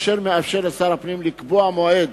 אשר מאפשר לשר הפנים לקבוע מועד